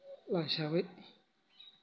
लासाबबाय